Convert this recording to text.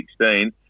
2016